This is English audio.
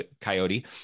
Coyote